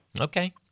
Okay